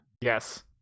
Yes